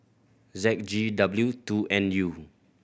Z G W two N U